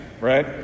right